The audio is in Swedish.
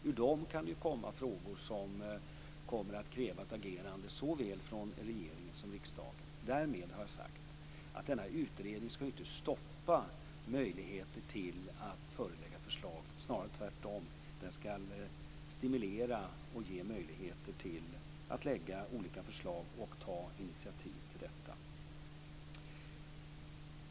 Ur dem kan det komma frågor som kommer att kräva ett agerande från såväl regeringen som riksdagen. Därmed har jag sagt att denna utredning inte skall stoppa möjligheter att förelägga förslag, snarare tvärtom: Den skall stimulera och ge möjligheter att lägga fram olika förslag och ta initiativ.